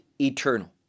eternal